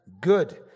Good